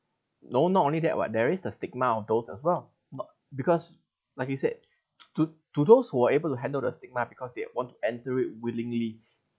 no not only that [what] there is the stigma of those as well but because like you said to to those who are able to handle the stigma because they want to enter it willingly